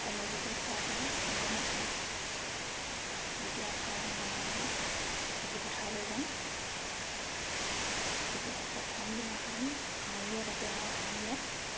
সমজুৱাকে খোৱা এটা নিয়ম আছিলে যেতিয়া শাওনৰ মাহত খেতি পথাৰলৈ যাওঁ তেতিয়া প্ৰথমদিনাখন শাওনীয়া পাতে আৰু শাওনীয়াত